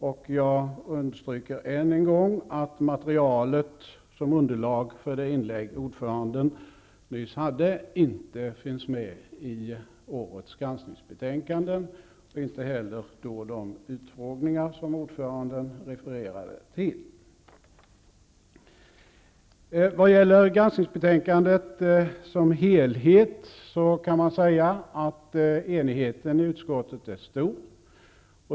Jag vill understryka än en gång att det material som ordföranden hade som underlag för det inlägg han nyss hade inte finns med i årets granskningsbetänkande, inte heller dokumenterat i de utfrågningar som ordföranden refererade till. Vad gäller granskningsbetänkandet som helhet kan man säga att enigheten i utskottet är stor.